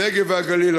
הנגב והגליל,